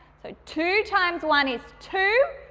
so, two times one is two,